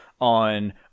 on